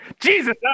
Jesus